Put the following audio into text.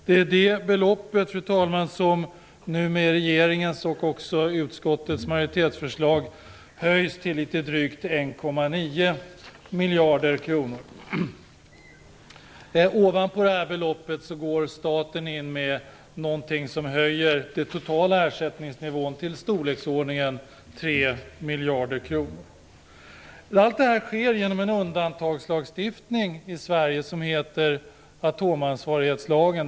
Det är det beloppet, fru talman, som nu med regeringens och även utskottets majoritetsförslag höjs till litet drygt Ovanpå detta belopp går staten in med ett statsansvar som höjer den totala ersättningsnivån till en summa i storleksordningen 3 miljarder kronor. Allt detta sker genom en undantagslagstiftning i Sverige, atomansvarighetslagen.